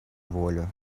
волю